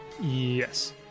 Yes